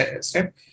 step